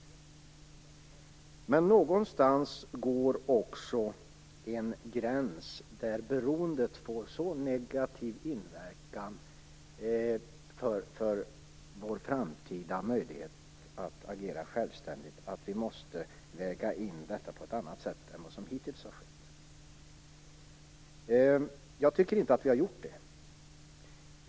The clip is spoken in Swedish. Men någonstans går också en gräns där beroendet får så negativ inverkan för vår framtida möjlighet att agera självständigt att vi måste väga in detta på annat sätt än vad som hittills har skett. Jag tycker inte att vi har gjort det.